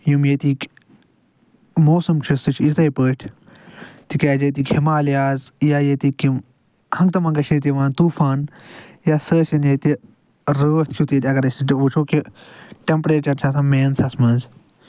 یِم ییٚتِکۍ موسَم چھِ سُہ چھُ یِتھٕے پٲٹھۍ تِکیازِ ییٚتِکۍ ہِمالِیاز یا ییٚتِکۍ یِم ہَنگتہٕ مَنگَے چھُ ییٚتہِ یِوان طوٗفان یا سُہ ٲسِنۍ ییٚتہِ رٲتھ کیُتھ اَگر أسۍ ییٚتہِ وٕچھو کہِ ٹٮ۪مپٔرٮ۪چر چھُ آسان مینسَس منٛز